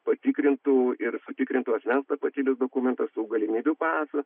patikrintų ir sutikrintų asmens tapatybės dokumentą su galimybių pasu